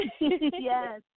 Yes